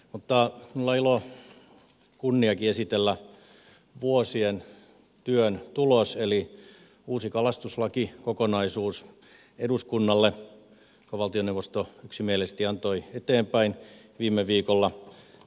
mutta minulla on ilo kunniakin esitellä eduskunnalle vuosien työn tulos eli uusi kalastuslakikokonaisuus jonka valtioneuvosto yksimielisesti antoi eteenpäin viime viikolla